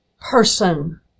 person